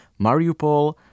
Mariupol